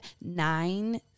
nine